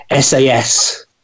SAS